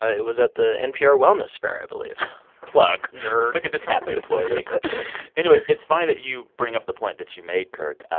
ah it was at the npr wellness fair, i believe plug nerd look at this happy employee anyway, it's funny that you bring up the point that you made, kirk.